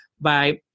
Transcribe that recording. by-